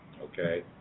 okay